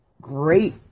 great